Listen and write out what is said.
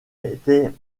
était